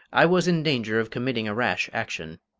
i was in danger of committing a rash action.